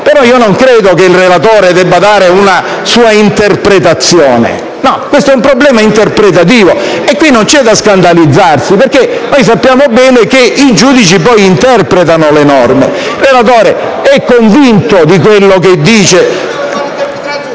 ma non credo che il relatore debba dare una sua interpretazione. Questo è un problema interpretativo e qui non c'è da scandalizzarsi, perché sappiamo bene che i giudici interpretano le norme. Il relatore è convinto di quello che dice...